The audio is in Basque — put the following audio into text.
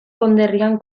konderrian